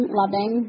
loving